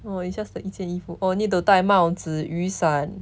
oh it's just the 一件衣服 oh need to 戴帽子雨伞